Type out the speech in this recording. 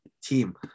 team